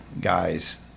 guys